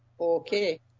okay